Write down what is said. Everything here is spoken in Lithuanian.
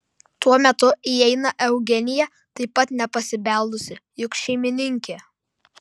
tuo metu įeina eugenija taip pat nepasibeldusi juk šeimininkė